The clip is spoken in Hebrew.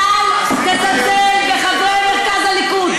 אתה אל תזלזל בחברי מרכז הליכוד.